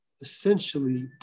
essentially